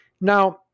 Now